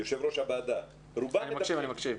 יושב-ראש הוועדה, רובם מדווחים,